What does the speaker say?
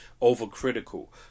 over-critical